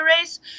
race